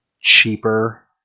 cheaper